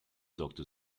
sorgte